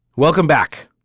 welcome back.